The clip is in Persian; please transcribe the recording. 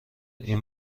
این